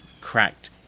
cracked